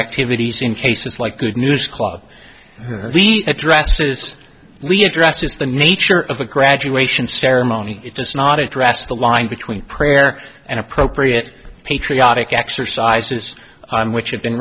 activities in cases like good news club addresses we address it the nature of the graduation ceremony it does not address the line between prayer and appropriate patriotic exercises i'm which have been